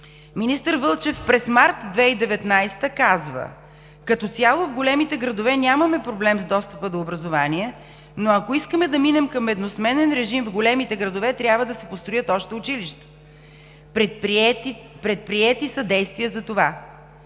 Министър Вълчев през месец март 2019 г. казва: като цяло в големите градове нямаме проблем с достъпа до образование, но ако искаме да минем към едносменен режим в големите градове, трябва да се построят още училища, предприети са действия за това.